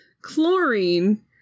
chlorine